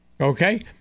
Okay